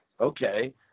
okay